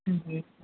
ହୁଁ